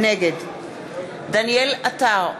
נגד דניאל עטר,